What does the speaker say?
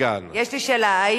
מצדי, שלא תחזור לבית-וגן.